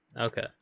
Okay